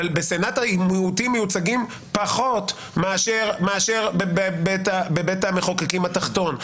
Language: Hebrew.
אבל בסנאט המיעוטים מיוצגים פחות מאשר בבית המחוקקים התחתון.